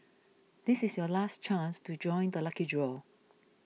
this is your last chance to join the lucky draw